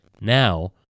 Now